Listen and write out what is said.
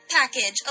...package